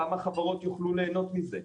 כמה חברות יוכלו להינות מזה,